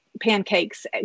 pancakes